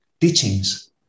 teachings